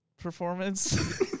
performance